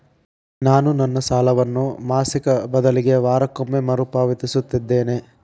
ನಾನು ನನ್ನ ಸಾಲವನ್ನು ಮಾಸಿಕ ಬದಲಿಗೆ ವಾರಕ್ಕೊಮ್ಮೆ ಮರುಪಾವತಿಸುತ್ತಿದ್ದೇನೆ